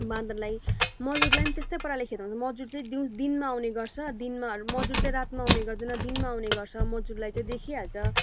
बाँदरलाई मजुरलाई त्यस्तै पाराले खेदाउँछ मजुर चाहिँ दिउँ दिनमा आउने गर्छ दिनमा मजुर रातमा आउने गर्दैन दिनमा आउने गर्छ मजुरलाई चाहिँ देखिहाल्छ